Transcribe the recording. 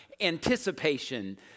anticipation